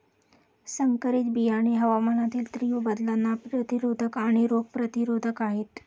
संकरित बियाणे हवामानातील तीव्र बदलांना प्रतिरोधक आणि रोग प्रतिरोधक आहेत